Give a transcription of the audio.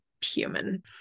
human